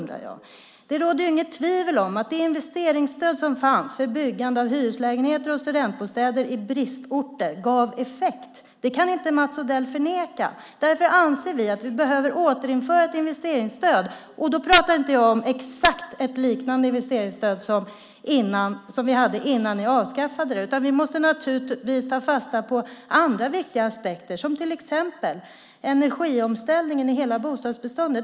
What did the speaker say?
Det råder inga tvivel om att det investeringsstöd som fanns för byggande av hyreslägenheter och studentbostäder i bristorter gav effekt. Det kan Mats Odell inte förneka. Därför anser vi att det behöver återinföras ett investeringsstöd. Då talar jag inte om ett exakt likadant investeringsstöd som det som fanns innan ni avskaffade det. Man måste naturligtvis ta fasta på andra viktiga aspekter, till exempel energiomställningen i hela bostadsbeståndet.